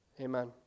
Amen